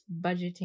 budgeting